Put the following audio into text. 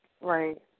Right